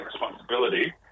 responsibility